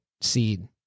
seed